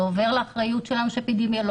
זה עובר לאחריות של האפידמיולוגיה.